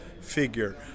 figure